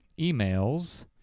emails—